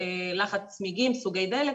לחץ צמיגים, סוגי דלק.